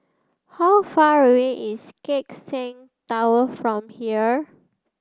how far away is Keck Seng Tower from here